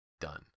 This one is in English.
done